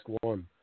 one